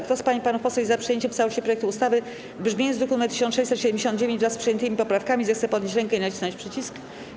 Kto z pań i panów posłów jest za przyjęciem w całości projektu ustawy w brzmieniu z druku nr 1679 wraz z przyjętymi poprawkami, zechce podnieść rękę i nacisnąć przycisk.